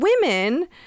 women